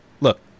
Look